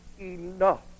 enough